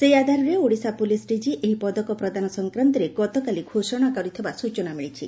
ସେହି ଆଧାରରେ Odisha police DG ଏହି ପଦକ ପ୍ରଦାନ ସଂକ୍ରାନ୍ଡରେ ଗତକାଲି ଘୋଷଣା କରିଥିବା ସୂଚନା ମିଳିଛି